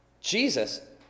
Jesus